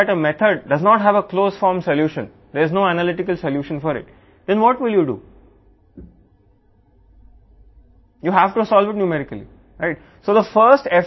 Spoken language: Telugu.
ఒక పద్ధతిలో క్లోజ్డ్ ఫారమ్ సొల్యూషన్ లేదని మీకు చెబితే దానికి విశ్లేషణాత్మక పరిష్కారం లేదు అప్పుడు మీరు ఏమి చేస్తారు